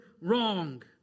wrong